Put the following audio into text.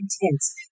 intense